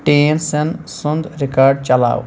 tan سن سُنٛد record چلاو